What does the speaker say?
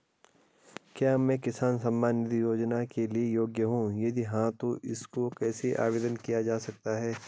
क्या मैं किसान सम्मान निधि योजना के लिए योग्य हूँ यदि हाँ तो इसको कैसे आवेदन किया जा सकता है?